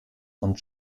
und